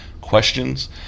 questions